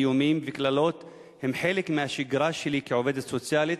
איומים וקללות הם חלק מהשגרה שלי כעובדת סוציאלית,